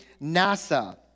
nasa